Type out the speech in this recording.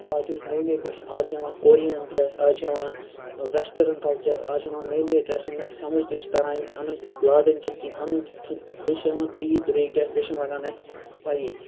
آز چھِ اَسہِ نٔے نٔے کوشَن آز چھِ اَسہِ یِوان کورین ڈرٮ۪س آز چھِ یِوان وٮ۪سٹرن کَلچَر آز چھِ یِوان نٔے نٔے ڈرٮ۪س یِم نہٕ اَسہِ سَمٕجھ تہِ چھِ تَران یِم اَنٕنۍ لاگٕنۍ کِتھ کنۍ اَنٕنۍ کِتھ کنۍ بیٚیہِ چھِ یِوان تٔتۍ درٕگۍ ڈرٮ۪س بیٚیہِ چھَنہٕ لَگان اَسہِ پَیٖی